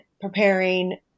preparing